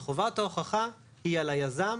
שחובת ההוכחה היא על היזם